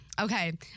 Okay